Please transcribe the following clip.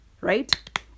Right